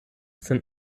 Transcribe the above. sind